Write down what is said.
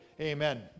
Amen